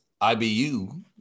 IBU